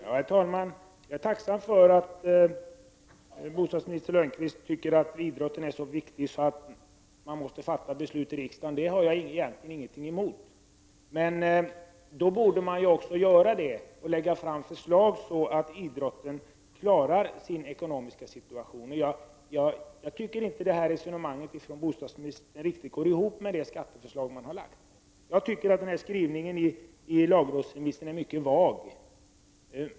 Herr talman! Jag är tacksam för att bostadsminister Lönnqvist tycker att idrotten är så viktig att man måste fatta beslut i riksdagen. Det har jag inget emot. I så fall borde man dock göra det och lägga fram förslag så att idrottsrörelsen kan klara sin ekonomiska situation. Jag tycker inte att bostadsministerns resonemang riktigt går ihop med det skatteförslag som har lagts fram. Jag tycker att skrivningen i lagrådsremissen är mycket vag.